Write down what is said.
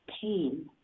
pain